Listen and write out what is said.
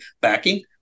backing